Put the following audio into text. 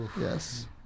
Yes